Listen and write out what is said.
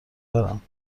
برم